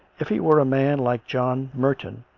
if it were a man like john merton,